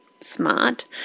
smart